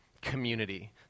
community